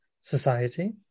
society